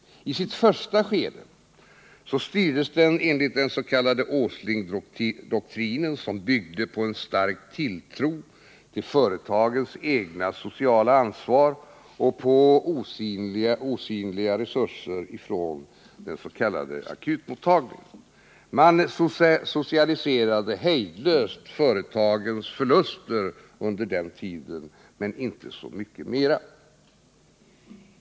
I sitt första skede styrdes den enligt den s.k. Åslingdoktrinen, som byggde på en stark tilltro till företagens eget sociala ansvar och på osynliga resurser från den s.k. akutmottagningen. Man socialiserade hejdlöst företagens förluster under den tiden, men inte så mycket mera.